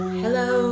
hello